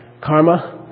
Karma